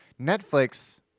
Netflix